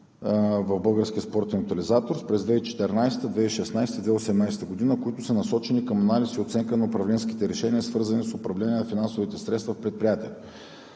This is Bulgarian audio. в Българския спортен тотализатор – през 2014-а, 2016-а, 2018 г., които са насочени към анализ и оценка на управленските решения, свързани с управление на финансовите средства в предприятието.